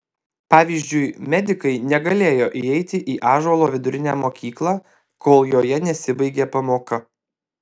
pavyzdžiui medikai negalėjo įeiti į ąžuolo vidurinę mokyklą kol joje nesibaigė pamoka